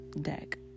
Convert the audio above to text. deck